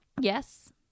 Yes